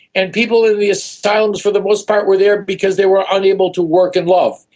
and people in the asylums for the most part were there because they were unable to work and love.